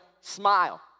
smile